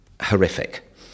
Horrific